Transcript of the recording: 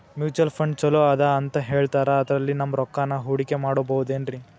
Mutual fund ಛಲೋ ಅದಾ ಅಂತಾ ಹೇಳ್ತಾರ ಅದ್ರಲ್ಲಿ ನಮ್ ರೊಕ್ಕನಾ ಹೂಡಕಿ ಮಾಡಬೋದೇನ್ರಿ?